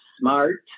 smart